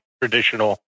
traditional